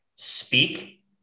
Speak